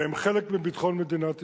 והם חלק מביטחון מדינת ישראל,